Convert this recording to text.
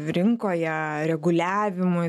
rinkoje reguliavimui